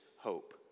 hope